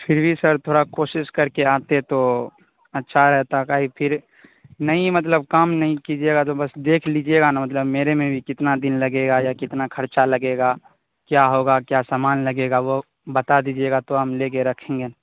پھر بھی سر تھوڑا کوشش کر کے آتے تو اچھا رہتا تاکہ پھر نہیں مطلب کام نہیں کیجیے گا تو بس دیکھ لیجیے گا نا مطلب میرے میں بھی کتنا دن لگے گا یا کتنا خرچہ لگے گا کیا ہوگا کیا سامان لگے گا وہ بتا دیجیے گا تو ہم لے کے رکھیں گے